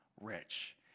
rich